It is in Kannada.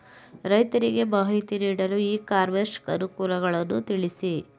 ರೈತರಿಗೆ ಮಾಹಿತಿ ನೀಡಲು ಇ ಕಾಮರ್ಸ್ ಅನುಕೂಲಗಳನ್ನು ತಿಳಿಸಿ?